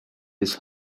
his